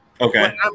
Okay